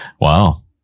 wow